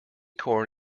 corn